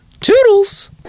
Toodles